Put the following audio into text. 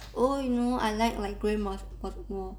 oh you know I like like gray mo~ mo~ more